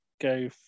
go